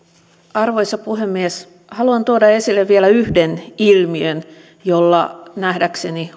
arvoisa puhemies haluan tuoda esille vielä yhden ilmiön jolla nähdäkseni